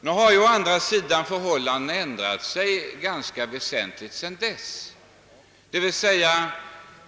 Nu har förhållandena ändrats ganska väsentligt.